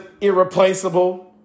irreplaceable